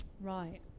right